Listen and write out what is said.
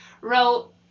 wrote